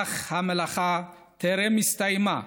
אך המלאכה טרם הסתיימה,